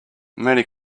many